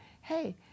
Hey